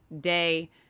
day